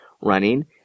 running